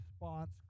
response